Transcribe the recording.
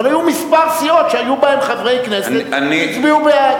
אבל היו כמה סיעות שהיו בהן חברי כנסת שהצביעו בעד.